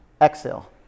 exhale